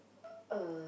uh